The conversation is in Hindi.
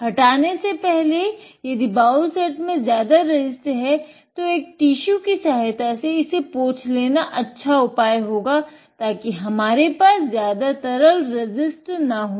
हटाने से पहले अगर बाउल सेट में ज़्यादा रेसिस्ट है तो एक टिश्यू की सहायता से इसे पोंछ लेना एक अच्च्छा उपाय होगा ताकि हमारे पास ज़्यादा तरल रेसिस्ट ना हो